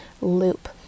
loop